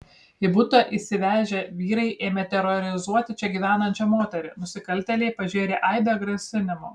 į butą įsivežę vyrai ėmė terorizuoti čia gyvenančią moterį nusikaltėliai pažėrė aibę grasinimų